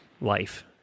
life